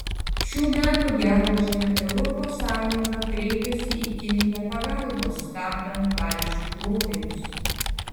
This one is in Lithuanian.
šių metų gegužę europos sąjunga kreipėsi į kiniją pagalbos stabdant valčių krovinius